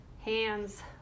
Hands